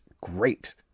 great